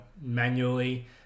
manually